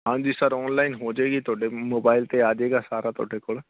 ਹਾਂਜੀ sir online ਹੋ ਜੇਗੀ ਤੁਹਾਡੇ ਮੋਬਾਈਲ 'ਤੇ ਆਜੇਗਾ ਸਾਰਾ ਤੁਹਾਡੇ ਕੋਲ